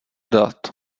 dat